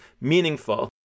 meaningful